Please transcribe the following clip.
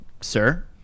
Sir